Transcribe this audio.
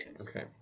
Okay